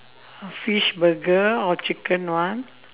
fish burger or chicken one